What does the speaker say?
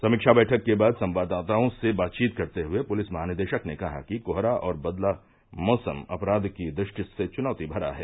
समीक्षा बैठक के बाद संवाददाताओं से बातचीत करते हुए पुलिस महानिदेश ने कहा कि कोहरा और बदला मौसम अपराध की दृष्टि से चुनौती भरा है